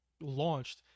launched